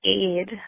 aid